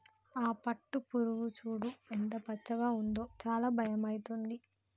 ఆ పట్టుపురుగు చూడు ఎంత పచ్చగా ఉందో చాలా భయమైతుంది